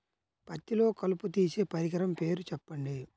పత్తిలో కలుపు తీసే పరికరము పేరు చెప్పండి